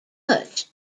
much